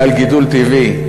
ועל גידול טבעי,